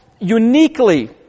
uniquely